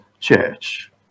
church